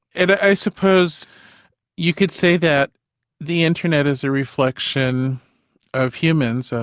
and i suppose you could say that the internet is a reflection of humans.